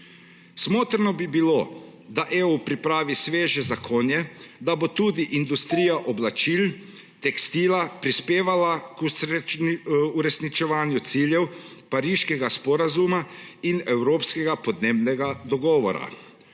Smotrno bi bilo, da Evropska unija pripravi sveže zakonje, da bo tudi industrija oblačil, tekstila prispevala k uresničevanju ciljev Pariškega sporazuma in evropskega podnebnega dogovora.